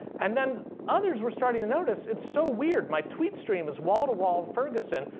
and then, others were starting to notice it's so weird. my tweetstream is wall-to-wall ferguson.